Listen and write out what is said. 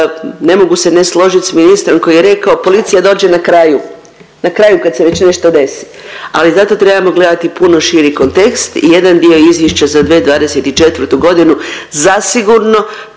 ne mogu se ne složit s ministrom koji je rekao policija dođe na kraju, na kraju kad se već nešto desi, ali zato trebamo gledati puno širi kontekst. I jedan dio izvješća za 2024. godinu zasigurno